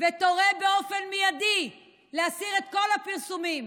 ותורה באופן מיידי להסיר את כל הפרסומים,